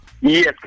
yes